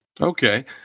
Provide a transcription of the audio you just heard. Okay